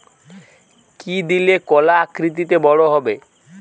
কি দিলে কলা আকৃতিতে বড় হবে?